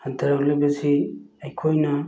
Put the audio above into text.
ꯍꯟꯊꯔꯛꯂꯤꯕꯁꯤ ꯑꯩꯈꯣꯏꯅ